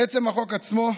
לעצם החוק עצמו.